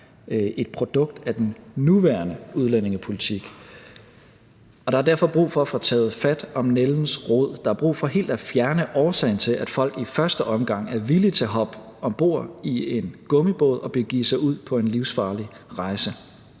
et produkt af den nuværende udlændingepolitik. Og der er derfor brug for at få taget fat om nældens rod. Der er brug for helt at fjerne årsagen til, at folk i første omgang er villige til at hoppe om bord i en gummibåd og begive sig ud på en livsfarlig rejse.